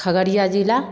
खगड़िया जिला